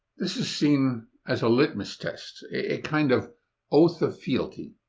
this is seen as a litmus test, a kind of oath of fealty.